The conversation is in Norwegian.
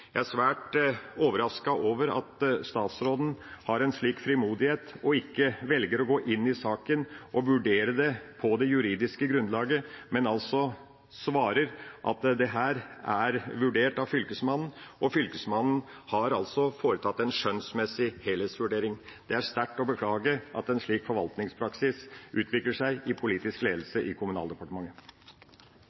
Jeg er svært overrasket over at statsråden har en slik frimodighet og ikke velger å gå inn i saken og vurdere det på det juridiske grunnlaget, men altså svarer at dette er vurdert av Fylkesmannen. Og Fylkesmannen har altså foretatt en skjønnsmessig helhetsvurdering. Det er sterkt å beklage at en slik forvaltningspraksis utvikler seg i politisk ledelse i Kommunaldepartementet.